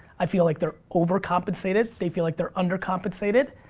i feel like they're over-compensated, they feel like they're under-compensated.